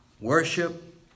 Worship